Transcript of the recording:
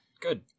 Good